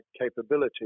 capability